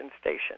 station